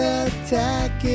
attack